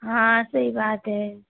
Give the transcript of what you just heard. हाँ सही बात है